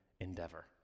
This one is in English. endeavor